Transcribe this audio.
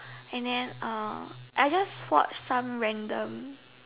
and then uh I just watch some random